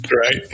right